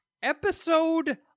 Episode